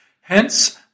Hence